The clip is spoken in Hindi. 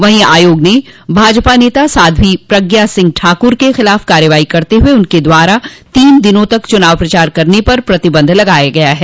वहीं आयोग ने भाजपा नेता साध्वी प्रज्ञा सिंह ठाकुर के खिलाफ कार्रवाई करते हुए उनके द्वारा तीन दिनों तक चुनाव प्रचार करने पर प्रतिबंध लगा दिया है